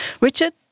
Richard